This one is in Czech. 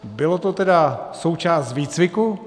Bylo to tedy součástí výcviku?